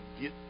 get